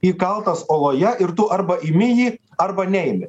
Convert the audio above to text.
įkaltos oloje ir tu arba imi jį arba neimi